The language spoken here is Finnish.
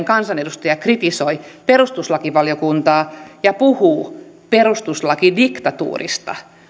kansanedustaja kritisoi perustuslakivaliokuntaa ja puhuu perustuslakidiktatuurista